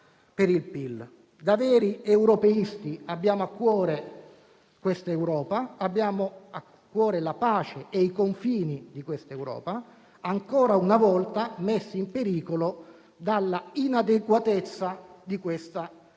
Da veri europeisti abbiamo a cuore questa Europa. Abbiamo a cuore la pace e i confini dell'Europa, ancora una volta messi in pericolo dall'inadeguatezza di questa Unione